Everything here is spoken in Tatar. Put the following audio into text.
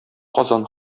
казан